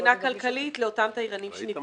מבחינה כלכלית לאותם תיירנים שנפגעו.